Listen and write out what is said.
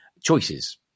choices